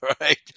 right